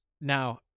now